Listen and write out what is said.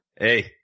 Hey